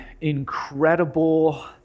incredible